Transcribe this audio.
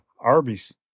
Arby's